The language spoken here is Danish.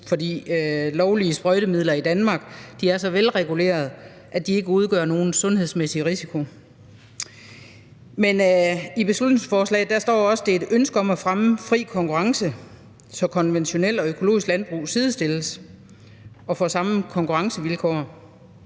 af lovlige sprøjtemidler i Danmark er så velreguleret, at de ikke udgør nogen sundhedsmæssig risiko. Men i beslutningsforslaget står der også, at det er ud fra et ønske om at fremme fri konkurrence, så konventionelt og økologisk landbrug sidestilles og får samme konkurrencevilkår.